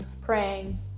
praying